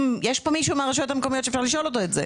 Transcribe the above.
יש פה מהרשויות המקומיות שאפשר לשאול אותו את זה.